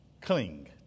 cling